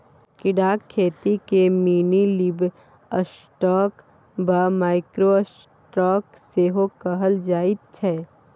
कीड़ाक खेतीकेँ मिनीलिवस्टॉक वा माइक्रो स्टॉक सेहो कहल जाइत छै